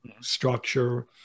structure